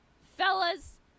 Fellas